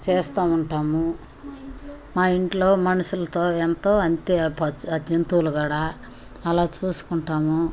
చేస్తూ ఉంటాము మా ఇంట్లో మనుషులతో ఎంతో అంతే ఆ జంతువులు కూడా అలా చూసుకుంటాము